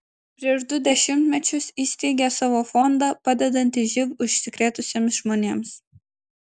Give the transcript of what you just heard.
prieš du dešimtmečius įsteigė savo fondą padedantį živ užsikrėtusiems žmonėms